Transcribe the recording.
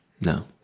no